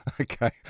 Okay